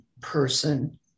person